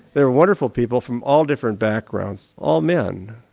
they were wonderful people from all different backgrounds, all men,